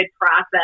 process